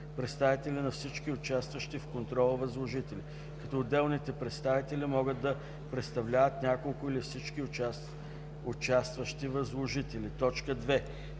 представители на всички участващи в контрола възложители, като отделните представители могат да представляват няколко или всички участващи възложители; 2.